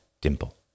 dimple